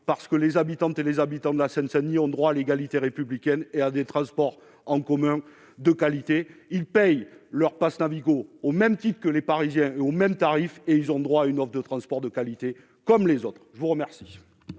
parce que les habitantes et les habitants de la Seine-Saint-Denis ont droit à l'égalité républicaine, et à des transports en commun de qualité, ils payent leur passe Navigo au même type que les Parisiens au même tarif et ils ont droit à une hausse de transport de qualité comme les autres, je vous remercie.